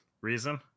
Reason